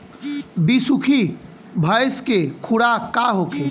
बिसुखी भैंस के खुराक का होखे?